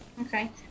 Okay